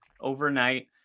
overnight